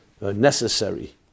necessary